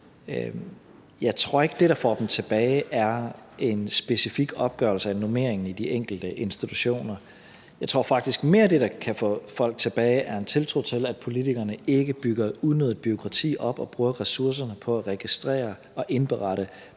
Jeg tror ikke, at det, der får dem tilbage, er en specifik opgørelse af normeringen i de enkelte institutioner. Jeg tror faktisk mere, at det, der kan få folk tilbage, er en tiltro til, at politikerne ikke bygger et unødigt bureaukrati op og bruger ressourcerne på at registrere og indberette, men